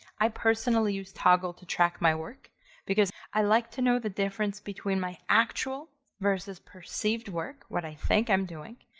i personally use toggl to track my work because i like to know the difference between my actual versus perceived work, what i think i'm doing,